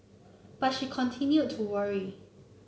but she continued to worry